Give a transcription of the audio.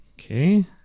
okay